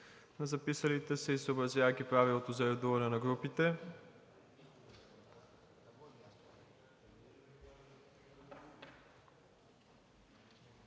на записалите се и съобразявайки правилото за редуване на групите.